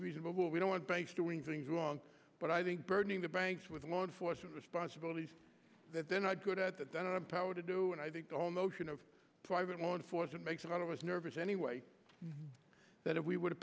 reasonable we don't want banks doing things wrong but i think burdening the banks with law enforcement responsibilities that they're not good at that empowered to do and i think the whole notion of private law enforcement makes a lot of us nervous anyway that if we would have